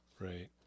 right